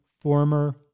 former